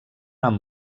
amb